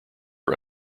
are